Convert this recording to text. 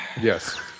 Yes